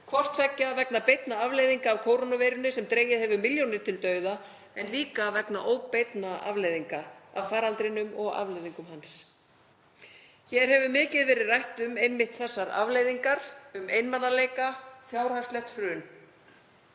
hvort tveggja vegna beinna afleiðinga af kórunuveirunni sem dregið hefur milljónir til dauða og vegna óbeinna afleiðinga af faraldrinum og afleiðingum hans. Hér hefur mikið verið rætt um einmitt þessar afleiðingar, um einmanaleika, fjárhagslegt hrun.